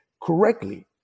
correctly